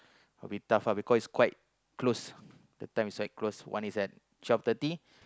will be tough lah because it's quite close the time is quite close one is at twelve thirty